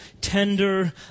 tender